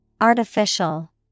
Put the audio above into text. Artificial